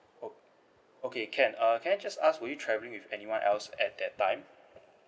o~ okay can uh can I just ask were you travelling with anyone else at that time